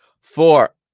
Four